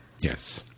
Yes